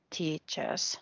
teachers